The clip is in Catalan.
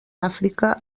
àfrica